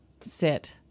sit